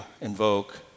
invoke